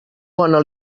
bona